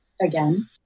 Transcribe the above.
again